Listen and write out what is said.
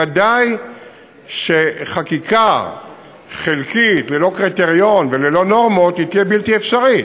ודאי שחקיקה חלקית ללא קריטריון וללא נורמות תהיה בלתי אפשרית.